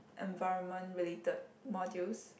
environment related modules